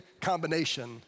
combination